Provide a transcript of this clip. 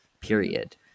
period